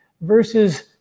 versus